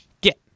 Get